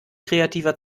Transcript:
kreativer